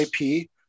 IP